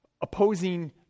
opposing